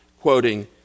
quoting